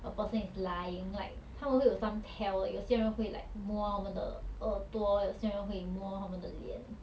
a person is lying like 他们会有 some tell 有些人会 like 摸他们的耳朵有些人会摸他们的脸